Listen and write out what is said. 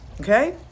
Okay